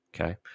okay